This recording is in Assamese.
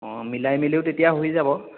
অ' মিলাই মেলিও তেতিয়া হৈ যাব